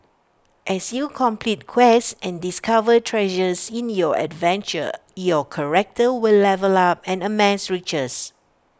as you complete quests and discover treasures in your adventure your character will level up and amass riches